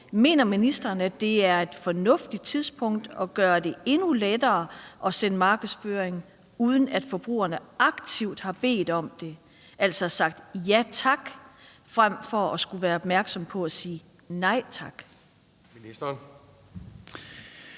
Mener ministeren, at det er et fornuftigt tidspunkt at gøre det endnu lettere at sende markedsføring ud på, uden at forbrugerne aktivt har bedt om det, altså har sagt ja tak, frem for at skulle være opmærksom på at sige nej tak? Kl.